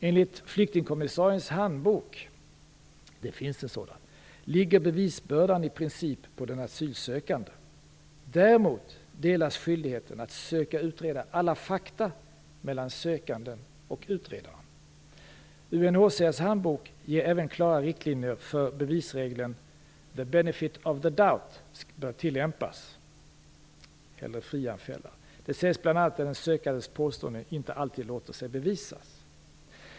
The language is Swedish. Enligt UNHCR:s handbok ligger bevisbördan i princip på den asylsökande. Däremot delas skyldigheten att söka utreda alla fakta mellan sökanden och utredaren. UNHCR:s handbok ger även klara riktlinjer för hur bevisregeln the benefit of the doubt bör tillämpas. Där sägs bl.a. att en sökandes påståenden inte alltid låter sig bevisas.